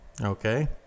okay